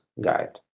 guide